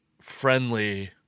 friendly